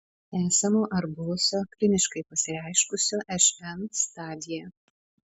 esamo ar buvusio kliniškai pasireiškusio šn stadija